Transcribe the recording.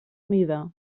mida